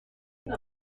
this